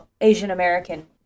Asian-American